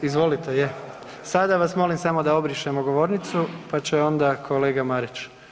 Izvolite, je, sada vas molim samo da obrišemo govornicu, pa će onda kolega Marić.